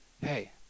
hey